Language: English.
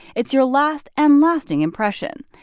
it's your last and lasting impression.